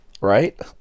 right